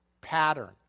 pattern